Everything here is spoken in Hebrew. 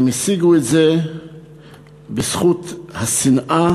הם השיגו את זה בזכות השנאה,